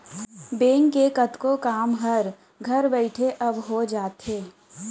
bank के कतको काम हर घर बइठे अब हो जाथे